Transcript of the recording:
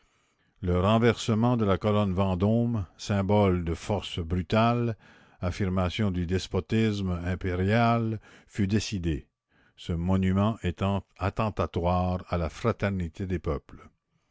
le renversement de la colonne vendôme symbole de force brutale affirmation du despotisme impérial fut décidé ce monument étant attentatoire à la fraternité des peuples